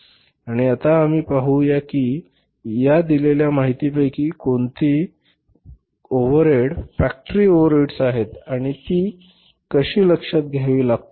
आणि आता आम्ही पाहू की या दिलेल्या माहितीपैकी कोणती ओव्हरहेड फॅक्टरी ओव्हरहेड्स आहेत आणि ती कशी लक्षात घ्यावी लागतील